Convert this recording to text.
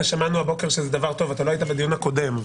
שמענו הבוקר שזה דבר טוב אתה לא היית בדיון הקודם.